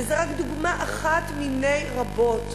וזו רק דוגמה אחת מני רבות.